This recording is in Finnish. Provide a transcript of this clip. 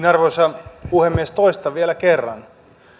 arvoisa puhemies toistan vielä kerran